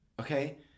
Okay